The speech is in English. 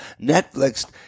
Netflix